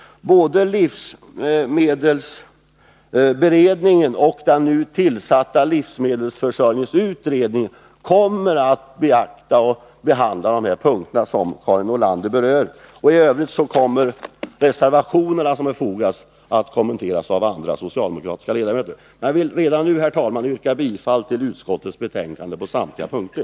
Både livsmedelsberedningen och den nu tillsatta livsmedelsförsörjningsutredningen kommer att beakta och behandla de här punkterna som Karin Nordlander berör. I övrigt kommer reservationerna som är fogade till betänkandet att kommenteras av andra socialdemokratiska ledamöter. Herr talman! Jag vill redan nu yrka bifall till hemställan i utskottsbetänkandet på samtliga punkter.